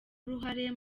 uruhare